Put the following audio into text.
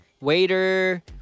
waiter